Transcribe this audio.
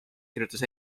kirjutas